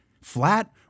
flat